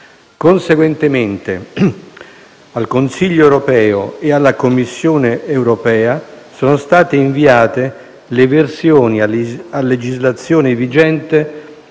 Conseguentemente, al Consiglio europeo e alla Commissione europea sono state inviate le versioni a legislazione vigente